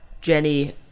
Jenny